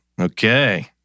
Okay